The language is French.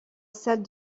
salle